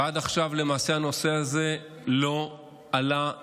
ועד עכשיו למעשה הנושא הזה לא עלה,